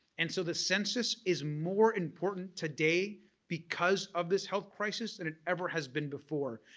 and so the census is more important today because of this health crisis than it ever has been before.